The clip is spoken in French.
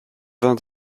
vingt